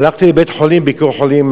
הלכתי לבית-החולים "ביקור חולים",